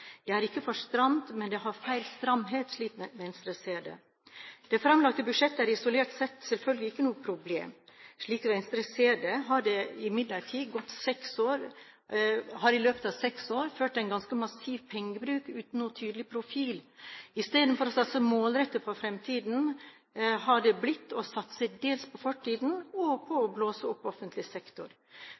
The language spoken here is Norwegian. Det er ikke for stramt, men det har feil stramhet, slik Venstre ser det. Det framlagte budsjettet er isolert sett selvfølgelig ikke noe problem. Slik Venstre ser det, har man imidlertid i løpet av seks år hatt en ganske massiv pengebruk uten noen tydelig profil. I stedet for å satse målrettet på fremtiden, har man satset dels på fortiden og dels på å blåse opp offentlig sektor.